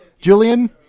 Julian